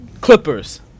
Clippers